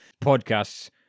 podcasts